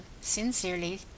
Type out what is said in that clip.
Sincerely